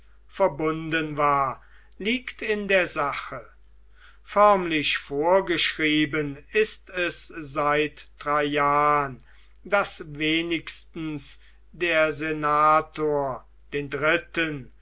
verbunden war liegt in der sache förmlich vorgeschrieben ist es seit traian daß wenigstens der senator den dritten